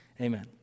amen